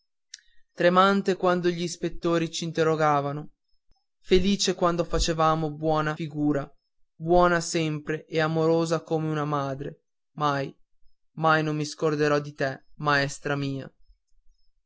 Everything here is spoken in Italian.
tremante quando gli ispettori c'interrogavano felice quando facevamo buona figura buona sempre e amorosa come una madre mai mai non mi scorderò di te maestra mia